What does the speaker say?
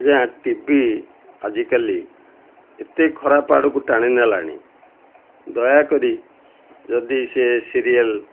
ଆଜ୍ଞା ଟିଭି ଆଜିକାଲି ଏତେ ଖରାପ ଆଡ଼କୁ ଟାଣି ନେଲାଣି ଦୟାକରି ଯଦି ସେ ସିରିଏଲ